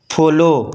follow